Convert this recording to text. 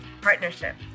partnership